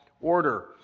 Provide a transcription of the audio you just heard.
order